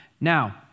Now